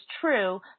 true